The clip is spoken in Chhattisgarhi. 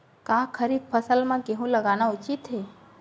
का खरीफ फसल म गेहूँ लगाना उचित है?